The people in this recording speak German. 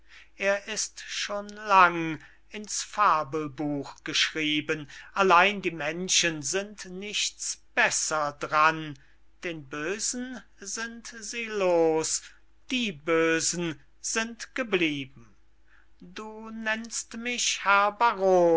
er ist schon lang in's fabelbuch geschrieben allein die menschen sind nichts besser dran den bösen sind sie los die bösen sind geblieben du nennst mich herr